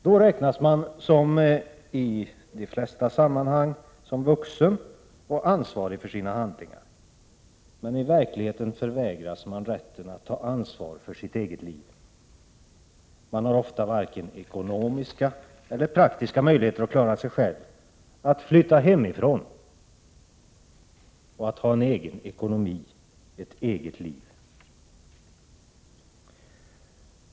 Då räknas man i de flesta sammanhang som vuxen och ansvarig för sina handlingar. Men i verkligheten förvägras man rätten att ta ansvar för sitt eget liv. Man har ofta varken ekonomiska eller praktiska möjligheter att klara sig själv — att flytta hemifrån och ha en egen ekonomi, ett eget liv.